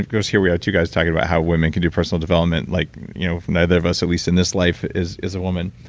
girls, here we are, two guys talking about how women can do personal development. like you know neither of us, at least in this life, is is a woman,